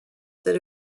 that